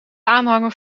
aanhanger